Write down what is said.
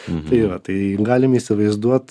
tai va tai galim įsivaizduot